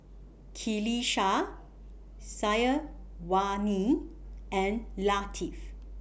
Qalisha Syazwani and Latif